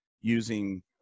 using